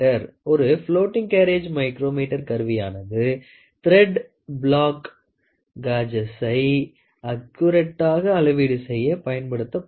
ஒரு floating carriage micrometer கருவியானது thread plug காஜஸ்சை அக்குரட்ட்டாக அளவீடு செய்ய பயன்படுத்தப்படுகிறது